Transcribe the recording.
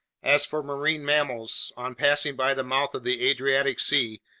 as for marine mammals, on passing by the mouth of the adriatic sea,